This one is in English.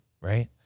right